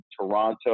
Toronto